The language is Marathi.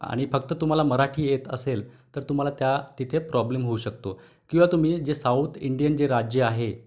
आणि फक्त तुम्हाला मराठी येत असेल तर तुम्हाला त्या तिथे प्रॉब्लेम होऊ शकतो किंवा तुम्ही जे साऊथ इंडियन जे राज्य आहे